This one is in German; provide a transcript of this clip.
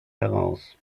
heraus